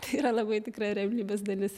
tai yra labai tikra realybės dalis